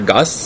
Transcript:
Gus